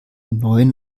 neuen